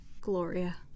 Gloria